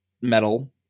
metal